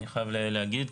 אני חייב להגיד.